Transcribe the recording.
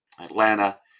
Atlanta